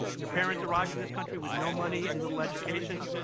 your parents arrived in this country with no money and little education,